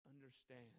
understand